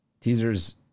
Teasers